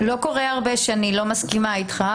לא קורה הרבה שאני לא מסכימה איתך,